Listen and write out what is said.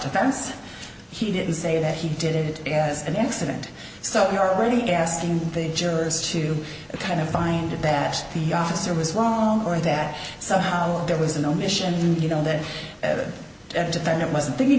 defense he didn't say that he did it as an accident so you're already asking the jurors to kind of find that the officer was wrong or that somehow there was an omission you know that that defendant wasn't thinking